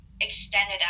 extended